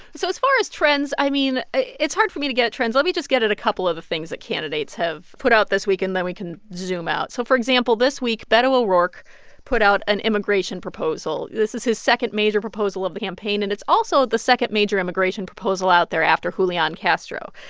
so as far as trends, i mean, it's hard for me to get at trends. let me just get at a couple of the things that candidates have put out this week. and then we can zoom out. so for example, this week, beto o'rourke put out an immigration proposal. this is his second major proposal of the campaign, and it's also the second major immigration proposal out there, after julian castro.